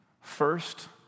first